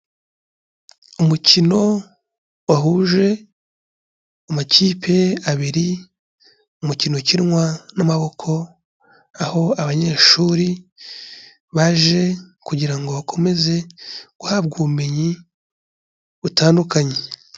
Umukino wahuje amakipe abiri, umukino ukinwa n'amaboko aho abanyeshuri baje kugira ngo bakomeze guhabwa ubumenyi butandukanye.